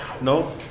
No